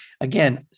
Again